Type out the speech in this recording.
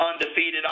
undefeated